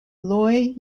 loy